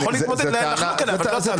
אתה יכול לחלוק עליה אבל זו הטענה.